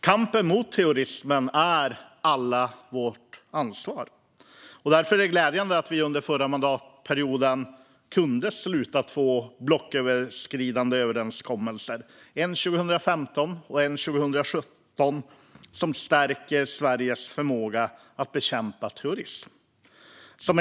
Kampen mot terrorismen är allas vårt ansvar. Därför var det glädjande att vi under förra mandatperioden kunde sluta två blocköverskridande överenskommelser, en 2015 och en 2017, som stärker Sveriges förmåga att bekämpa terrorism.